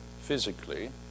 physically